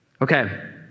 Okay